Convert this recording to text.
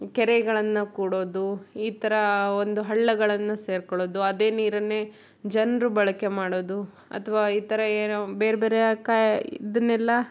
ಕೆರೆಗಳನ್ನ ಕೂಡೋದು ಈ ಥರ ಒಂದು ಹಳ್ಳಗಳನ್ನು ಸೇರಿಕೊಳ್ಳೋದು ಅದೇ ನೀರನ್ನೇ ಜನರು ಬಳಕೆ ಮಾಡೋದು ಅಥವಾ ಈ ಥರ ಏನೋ ಬೇರೆ ಬೇರೆಯ ಕಾಯಿ ಇದನ್ನೆಲ್ಲ